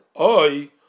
Oi